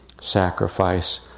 sacrifice